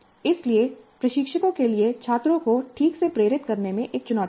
इसलिए प्रशिक्षकों के लिए छात्रों को ठीक से प्रेरित करने में एक चुनौती होगी